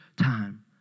time